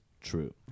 true